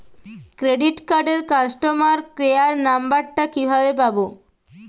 Credit কার্ডের customer care number টা কিভাবে পাবো?